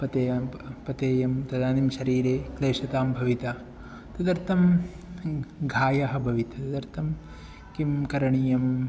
पतेयं पतेयं तदानीं शरीरे क्लेशतां भविता तदर्थं घायः भवित् तदर्थं किं करणीयम्